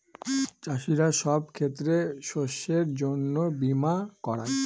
চাষীরা সব ক্ষেতের শস্যের জন্য বীমা করায়